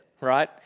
Right